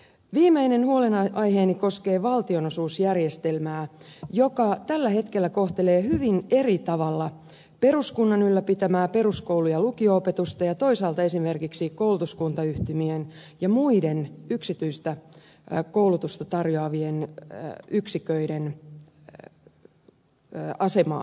viimeinen huolenaiheeni koskee valtionosuusjärjestelmää joka tällä hetkellä kohtelee hyvin eri tavalla peruskunnan ylläpitämää peruskoulu ja lukio opetusta ja toisaalta esimerkiksi koulutuskuntayhtymien ja muiden yksityistä koulutusta tarjoavien yksiköiden asemaa